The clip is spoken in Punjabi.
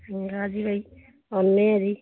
ਆਉਂਦੇ ਹਾਂ ਜੀ